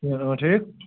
ٹھیٖک